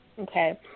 Okay